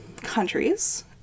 countries